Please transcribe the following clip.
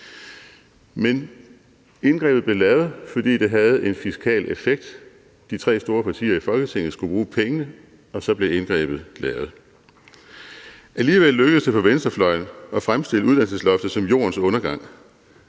Men indgrebet blev lavet, fordi det havde en fiskal effekt. De tre store partier i Folketinget skulle bruge pengene, og så blev indgrebet lavet. Alligevel lykkedes det for venstrefløjen at fremstille uddannelsesloftet som jordens undergang,